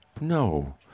no